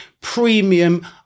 premium